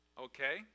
Okay